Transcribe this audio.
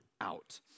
out